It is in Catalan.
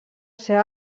seva